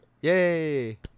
Yay